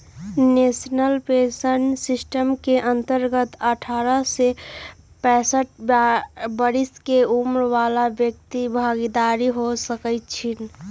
national pension system के अंतर्गत अठारह से पैंसठ बरिश के उमर बला व्यक्ति भागीदार हो सकइ छीन्ह